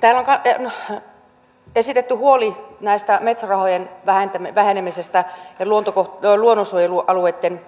täällä on esitetty huoli metsärahojen vähenemisestä ja luonnonsuojelualueitten